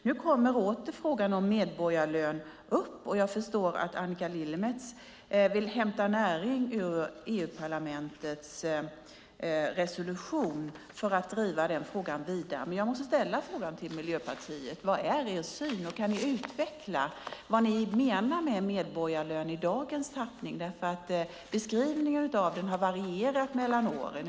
Nu kommer åter frågan om medborgarlön upp. Jag förstår att Annika Lillemets vill hämta näring ur EU-parlamentets resolution för att driva den frågan vidare. Men jag måste ställa frågan till Miljöpartiet: Vilken är er syn, och kan ny utveckla vad ni menar med medborgarlön i dagens tappning? Beskrivningen av den har ju varierat mellan åren.